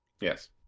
Yes